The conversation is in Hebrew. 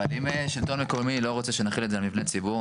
אבל אם שלטון מקומי לא רוצה שנחיל את זה על מבני ציבור,